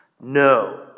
No